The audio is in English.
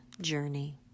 journey